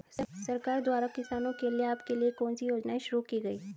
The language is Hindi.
सरकार द्वारा किसानों के लाभ के लिए कौन सी योजनाएँ शुरू की गईं?